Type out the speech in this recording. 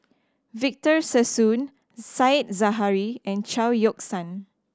Victor Sassoon Said Zahari and Chao Yoke San